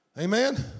Amen